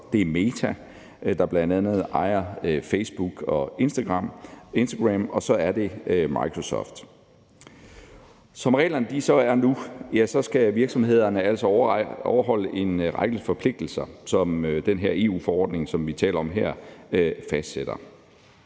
Det er Meta, der bl.a. ejer Facebook og Instagram. Og så er det Microsoft. Som reglerne er nu, skal virksomhederne altså overholde en række forpligtelser, som den her EU-forordning, som vi taler om her, fastsætter.